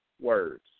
words